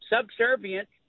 subservient